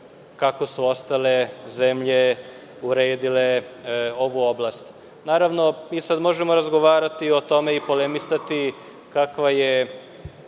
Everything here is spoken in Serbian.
kako su ostale zemlje uredile ovu oblast. Sada možemo razgovarati o tome i polemisati kakva je